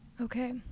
Okay